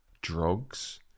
drugs